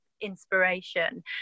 inspiration